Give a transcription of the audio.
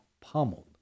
pummeled